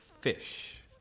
fish